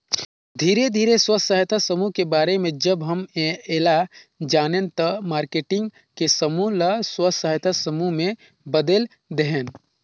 धीरे धीरे स्व सहायता समुह के बारे में जब हम ऐला जानेन त मारकेटिंग के समूह ल स्व सहायता समूह में बदेल देहेन